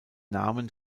namen